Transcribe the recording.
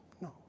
No